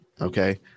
okay